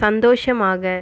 சந்தோஷமாக